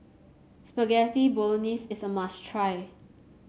Spaghetti Bolognese is a must try